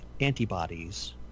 antibodies